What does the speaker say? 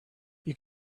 you